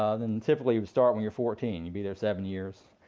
ah then typically you would start when you're fourteen. you'd be there seven years.